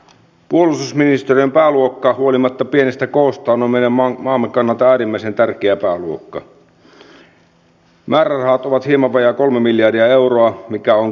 olen positiivisen yllättynyt siitä asiallisesta ilmapiiristä miten tätä välikysymystä on käsitelty ja jaan sen huolen mikä täällä istunnossa on tullut jo aiemminkin esille tästä lainvalmistelun laadusta